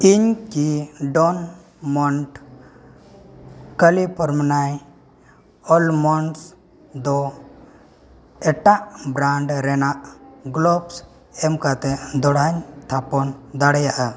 ᱤᱧ ᱠᱤ Diamond ᱠᱟᱞᱤᱯᱷᱚᱨᱢᱚᱱᱟᱭ ᱚᱞᱢᱚᱱᱰᱥ ᱫᱚ ᱮᱴᱟᱜ ᱵᱨᱟᱱᱰ ᱨᱮᱱᱟᱜ ᱜᱞᱳᱵᱽᱥ ᱮᱢ ᱠᱟᱛᱮᱫ ᱫᱚᱲᱦᱟᱧ ᱛᱷᱟᱯᱚᱱ ᱫᱟᱲᱮᱭᱟᱜᱼᱟ